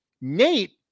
Nate